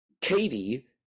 Katie